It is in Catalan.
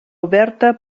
oberta